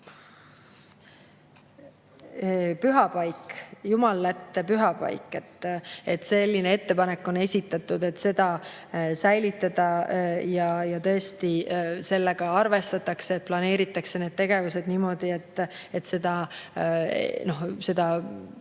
pühapaik, Jummallätte pühapaik. Selline ettepanek on esitatud, et seda säilitada, ja tõesti sellega arvestatakse ning planeeritakse tegevused niimoodi, et pühapaika